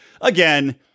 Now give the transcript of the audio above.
Again